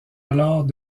alors